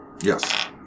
Yes